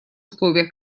условиях